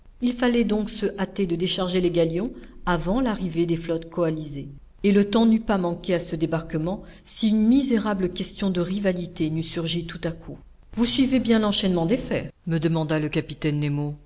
il fallait donc se hâter de décharger les galions avant l'arrivée des flottes coalisées et le temps n'eût pas manqué à ce débarquement si une misérable question de rivalité n'eût surgi tout à coup vous suivez bien l'enchaînement des faits me demanda le capitaine nemo